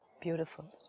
Beautiful